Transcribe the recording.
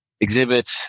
exhibit